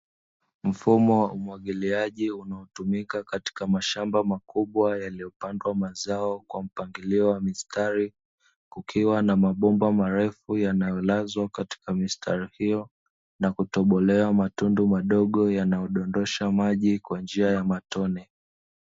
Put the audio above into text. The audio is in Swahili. Mfumo wa umwagiliaji unaotumika katika mashamba makubwa yaliyopandwa mazao kwa mpangilio wa mistari, ukiwa na mabomba marefu yanayolazwa katika mistari hiyo na kutobolewa matundu madogo yanayodondosha maji kwa njia ya matone.